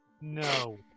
No